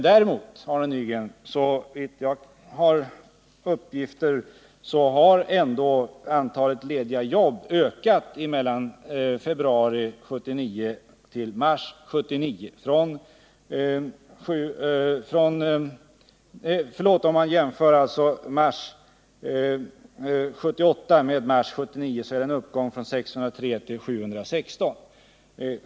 Däremot, Arne Nygren, har ändå antalet lediga jobb ökat om man jämför siffran från mars 1978 med siffran från mars 1979. Det rör sig om en uppgång från 603 till 716.